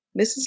Mrs